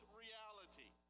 reality